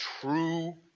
true